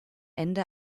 ende